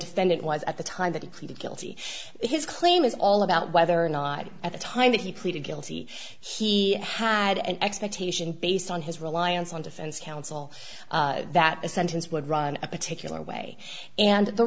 defendant was at the time that he pleaded guilty his claim is all about whether or not at the time that he pleaded guilty he had an expectation based on his reliance on defense counsel that a sentence would run a particular way and the